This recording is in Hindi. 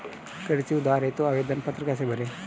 कृषि उधार हेतु आवेदन पत्र कैसे भरें?